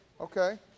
Okay